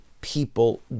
people